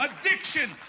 Addiction